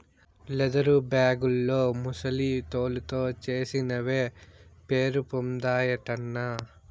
leather బేగుల్లో ముసలి తోలుతో చేసినవే పేరుపొందాయటన్నా